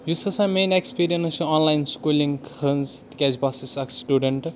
یُس ہَسا میٛٲنۍ اٮ۪کٕسپیٖرنٕس چھِ آنلاین سکوٗلِنٛگ ہٕنٛز تِکیٛازِ بہ ہَسا چھُس اَکھ سٹوٗڈَنٛٹ